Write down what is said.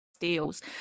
deals